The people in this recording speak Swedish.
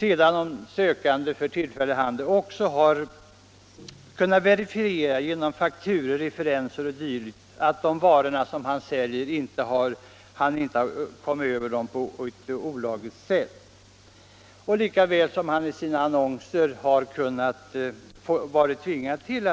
Sedan kunde man också fordra att den sökande genom fakturor, referenser e. d. verifierade att han inte på olagligt sätt kommit över de varor han säljer. Likaså bör han vara skyldig att i sina